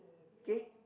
okay